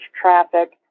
traffic